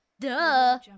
Duh